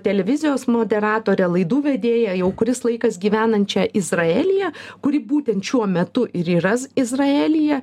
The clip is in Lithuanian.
televizijos moderatorę laidų vedėją jau kuris laikas gyvenančią izraelyje kuri būtent šiuo metu ir yra z izraelyje